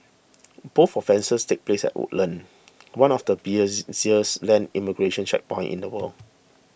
both offences take place at Woodlands one of the land immigration checkpoints in the world